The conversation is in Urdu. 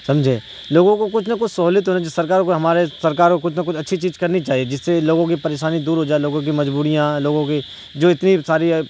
سمجھے لوگوں کو کچھ نہ کچھ سہولیت ہونی چاہیے سرکار کو ہمارے سرکار کو کچھ نہ کچھ اچھی چیز کرنی چاہیے جس سے لوگوں کی پریشانی دور ہو جائے لوگوں کی مجبوریاں لوگوں کی جو اتنی ساری